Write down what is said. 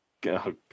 God